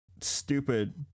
stupid